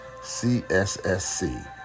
CSSC